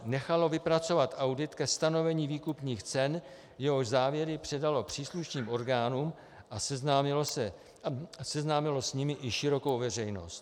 Nechalo vypracovat audit ke stanovení výkupních cen, jehož závěry předalo příslušným orgánům, a seznámilo s nimi i širokou veřejnost.